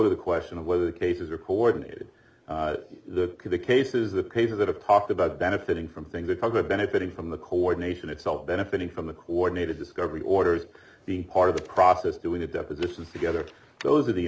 to the question of whether the cases are coordinated the cases the cases that have popped about benefiting from things the cars are benefiting from the coordination it's all benefiting from the coordinated discovery orders being part of the process doing the depositions together those are the